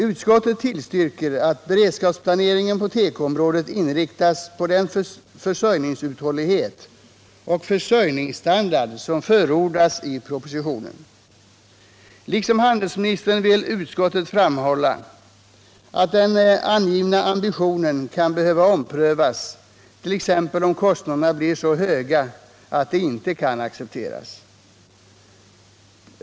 Utskottet tillstyrker att beredskapsplaneringen på tekoområdet inriktas på den försörjningsuthållighet och försörjningsstandard som förordas i propositionen. Liksom handelsministern vill utskottet framhålla att den angivna ambitionen kan behöva omprövas, t.ex. om kostnaderna blir så höga att de inte kan accepteras.